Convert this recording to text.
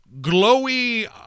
glowy